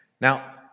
Now